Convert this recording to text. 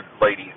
ladies